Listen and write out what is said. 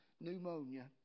pneumonia